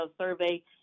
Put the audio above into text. survey